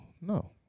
no